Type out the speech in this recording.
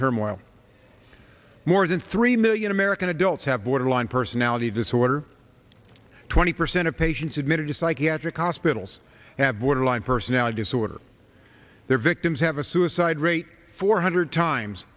turmoil more than three million american adults have borderline personality disorder twenty percent of patients admitted to psychiatric hospitals have borderline personality disorder their victims have a suicide rate four hundred times